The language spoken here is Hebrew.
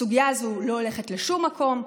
הסוגיה הזאת לא הולכת לשום מקום.